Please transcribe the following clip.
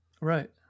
Right